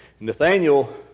Nathaniel